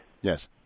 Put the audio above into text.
Yes